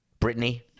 Britney